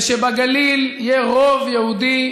ושבגליל יהיה רוב יהודי,